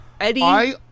Eddie